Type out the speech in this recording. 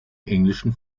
englischen